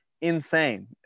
insane